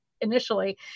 initially